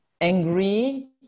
angry